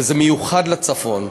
וזה מיוחד לצפון: